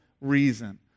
reason